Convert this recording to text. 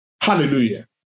Hallelujah